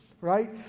right